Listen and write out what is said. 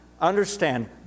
understand